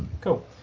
Cool